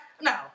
no